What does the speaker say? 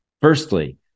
Firstly